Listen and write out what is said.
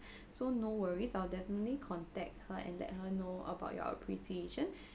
so no worries I'll definitely contact her and let her know about your appreciation